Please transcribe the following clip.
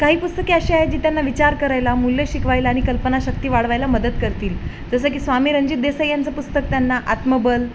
काही पुस्तके अशी आहे जी त्यांना विचार करायला मूल्य शिकवायला आणि कल्पनाशक्ती वाढवायला मदत करतील जसं की स्वामी रणजित देसाई यांचं पुस्तक त्यांना आत्मबल